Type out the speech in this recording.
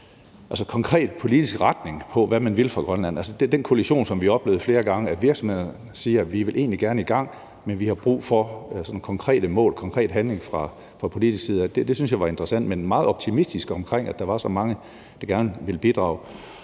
sådan konkret politisk retning, i forhold til hvad man vil fra grønlandsk side; altså den kollision, som vi oplevede flere gange, hvor virksomhederne siger, at de egentlig gerne vil i gang, men at de har brug for sådan konkrete mål og konkret handling fra politisk side. Det synes jeg var interessant. Men jeg er meget optimistisk omkring, at der var så mange, der gerne ville bidrage.